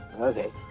Okay